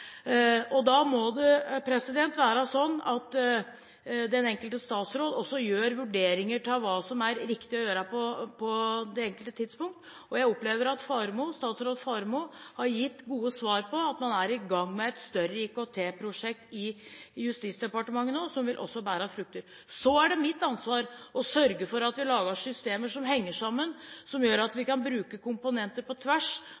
Da må det være sånn at den enkelte statsråd også foretar vurderinger av hva som er riktig å gjøre på hvert enkelt tidspunkt. Jeg opplever at statsråd Faremo har gitt gode svar på at man nå er i gang med et større IKT-prosjekt i Justisdepartementet som også vil bære frukter. Så er det mitt ansvar å sørge for at vi lager systemer som henger sammen, som gjør at vi kan bruke komponenter på tvers,